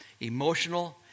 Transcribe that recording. emotional